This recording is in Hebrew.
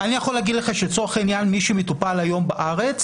אני יכול להגיד לך שלצורך העניין מי שמטופל היום בארץ,